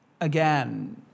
again